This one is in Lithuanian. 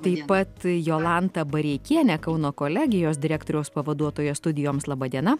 taip pat jolanta bareikiene kauno kolegijos direktoriaus pavaduotoja studijoms laba diena